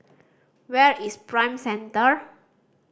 where is Prime Center